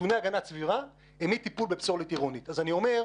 אז אני אומר,